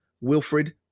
Wilfred